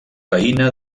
veïna